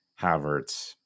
Havertz